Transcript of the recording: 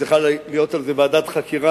וצריכה להיות על זה ועדת חקירה,